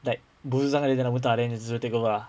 like busuk sangat nak muntah you take over ah